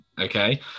okay